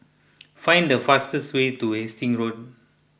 find the fastest way to Hastings Road